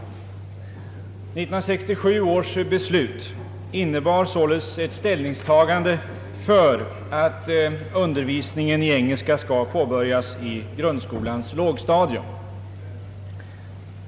1967 års beslut innebar således ett ställningstagande för att undervisningen i engelska skall påbörjas i grundskolans lågstadium.